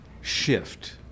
shift